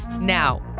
Now